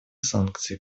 санкции